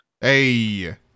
Hey